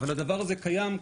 הדבר הזה קיים,